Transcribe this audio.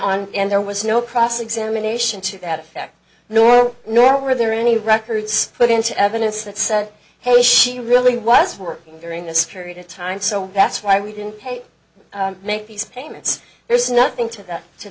on and there was no cross examination to that effect nor nor were there any records put into evidence that said his she really was working during this period of time so that's why we didn't pay make these payments there's nothing to them to